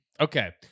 Okay